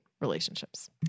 relationships